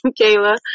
Kayla